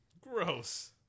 Gross